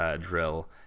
drill